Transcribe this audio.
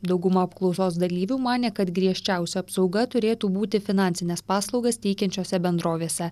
dauguma apklausos dalyvių manė kad griežčiausia apsauga turėtų būti finansines paslaugas teikiančiose bendrovėse